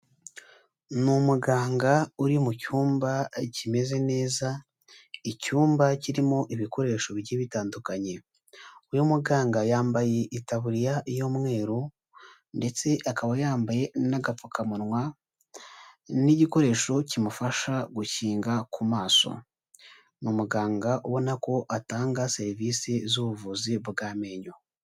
Ni umuganga uri mu cyumba kimeze neza, icyumba kirimo ibikoresho bigiye bitandukanye. Uyu muganga yambaye itaburiya y'umweru, ndetse akaba yambaye n'agapfukamunwa n'igikoresho kimufasha gukinga ku maso. Ni umuganga ubona ko atanga serivisi z'ubuvuzi bw'amenyo.